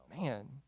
Man